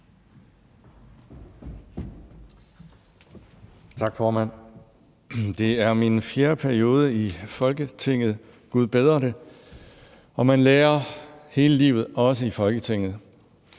Tak, formand. Det er min fjerde periode i Folketinget – gud bedre det – og man lærer hele livet, også i Folketinget.